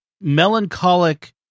melancholic